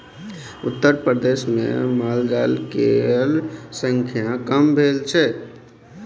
उत्तरप्रदेशमे मालजाल केर संख्या कम भेल छै